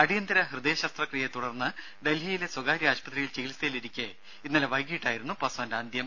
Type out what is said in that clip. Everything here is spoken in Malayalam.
അടിയന്തര ഹൃദയ ശസ്ത്രക്രിയയെ തുടർന്ന് ഡൽഹിയിലെ ആശുപത്രിയിൽ ചികിത്സയിലിരിക്കെ സ്വകാര്യ ഇന്നലെ വൈകീട്ടായിരുന്നു പസ്വാന്റെ അന്ത്യം